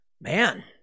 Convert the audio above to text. Man